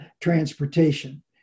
transportation